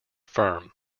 firm